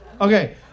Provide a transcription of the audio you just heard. okay